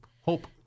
Hope